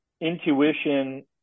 intuition